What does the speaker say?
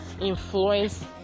influence